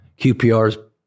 QPRs